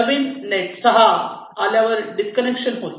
नवीन net 6 आल्यावर disconnection होते